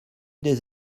des